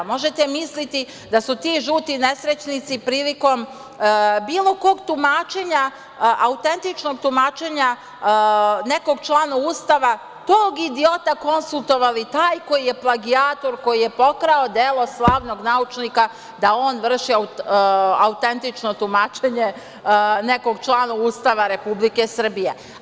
Možete misliti da su ti žuti nesrećnici prilikom bilo kog autentičnog tumačenja nekog člana Ustava, tog idiota konsultovali, taj koji je plagijator, koji je pokrao delo slavnog naučnika da on vrši autentično tumačenje nekog člana Ustava Republike Srbije.